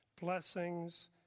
blessings